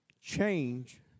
Change